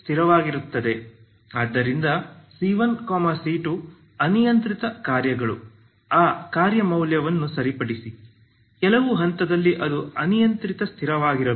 ಸ್ಥಿರವಾಗಿರುತ್ತದೆ ಆದ್ದರಿಂದ c1 c2 ಅನಿಯಂತ್ರಿತ ಕಾರ್ಯಗಳು ಆ ಕಾರ್ಯ ಮೌಲ್ಯವನ್ನು ಸರಿಪಡಿಸಿ ಕೆಲವು ಹಂತದಲ್ಲಿ ಅದು ಅನಿಯಂತ್ರಿತ ಸ್ಥಿರವಾಗಿರಬೇಕು